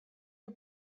you